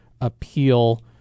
appeal